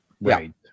Right